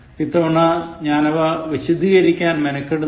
ഇത്തവണ ഞാൻ ഇവ വിശദീകരിക്കാൻ മെനക്കെടുന്നില്ല